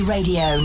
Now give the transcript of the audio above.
Radio